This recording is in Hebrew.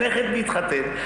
הנכד מתחתן,